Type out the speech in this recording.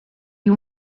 you